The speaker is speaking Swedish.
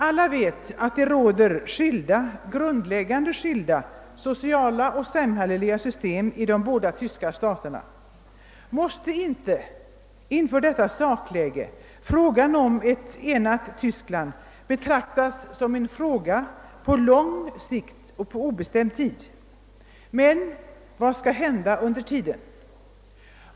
Alla vet att det råder skilda, grundläggande skilda, sociala och samhälleliga system i de båda tyska staterna. Måste inte inför detta sakläge frågan om ett enat Tyskland betraktas som en fråga på lång sikt och på obestämd tid? Vad skall hända under tiden?